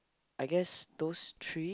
I guess those three